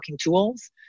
tools